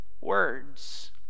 words